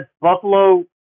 Buffalo